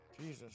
Jesus